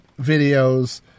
videos